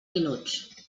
minuts